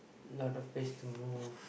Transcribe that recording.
lot of place to move